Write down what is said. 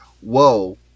Whoa